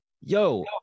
yo